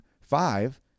five